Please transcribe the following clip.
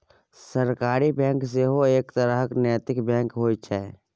सहकारी बैंक सेहो एक तरहक नैतिक बैंक होइत छै